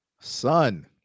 son